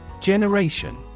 Generation